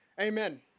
Amen